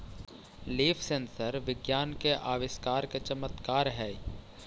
leaf sensor विज्ञान के आविष्कार के चमत्कार हेयऽ